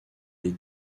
les